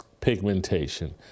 pigmentation